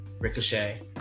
Ricochet